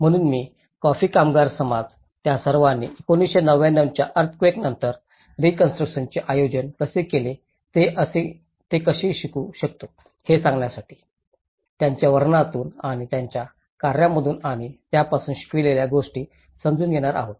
म्हणून मी कॉफी कामगार समाज त्या सर्वांनी 1999 च्या अर्थक्वेकनंतर रीकॉन्स्ट्रुकशनचे आयोजन कसे केले ते आपण कसे शिकू शकतो हे सांगण्यासाठी त्याच्या वर्णनातून आणि त्याच्या कार्यामधून आणि त्यापासून शिकवलेल्या गोष्टी समजून घेणार आहोत